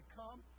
come